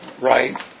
right